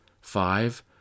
five